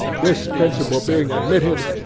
this principle being admitted,